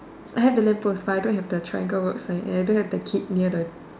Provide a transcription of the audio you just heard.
I have the lamp post but I don't have the triangle road sign and I don't have the kid near the